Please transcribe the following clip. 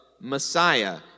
Messiah